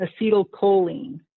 acetylcholine